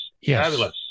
Yes